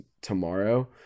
tomorrow